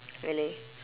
really